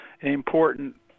important